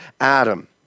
Adam